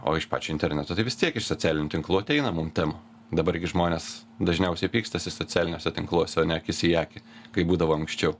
o iš pačio interneto tai vis tiek iš socialinių tinklų ateina mum temų dabar gi žmonės dažniausiai pykstasi socialiniuose tinkluose o ne akis į akį kaip būdavo anksčiau